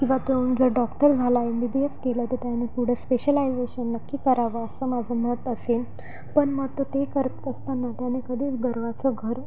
किंवा तो न जर डॉक्टर झाला एम बी बी एस केलं तर त्याने पुढं स्पेशलायजेशन नक्की करावं असं माझं मत असेल पण मग तो ते करत असताना त्याने कधीच गर्वाचं घर